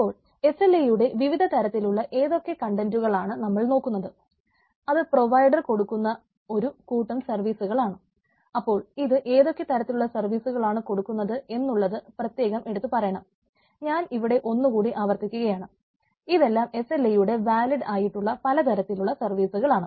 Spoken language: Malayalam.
അപ്പോൾ SLA യുടെ വിവിധ തരത്തിലുള്ള ഏതൊക്കെ കണ്ടന്റുകൾ ആയിട്ടുള്ള പലതരത്തിലുള്ള സർവീസുകളാണ്